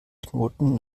knoten